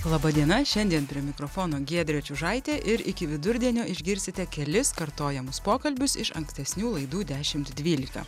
laba diena šiandien prie mikrofono giedrė čiužaitė ir iki vidurdienio išgirsite kelis kartojamus pokalbius iš ankstesnių laidų dešimt dvylika